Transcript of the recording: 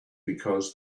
because